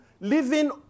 living